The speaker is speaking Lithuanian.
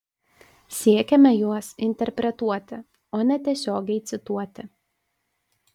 siekiame juos interpretuoti o ne tiesiogiai cituoti